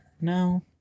no